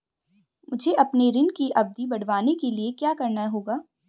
मुझे अपने ऋण की अवधि बढ़वाने के लिए क्या करना होगा?